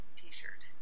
t-shirt